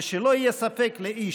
ושלא יהיה ספק לאיש,